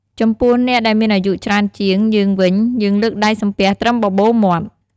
ចំពោះអ្នកដែលមានអាយុច្រើនជាងយើងវិញ យើងលើកដៃសំពះត្រឹមបបូរមាត់។